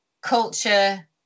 culture